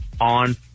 on